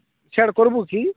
ସେଆଡ଼େ କରିବୁ କି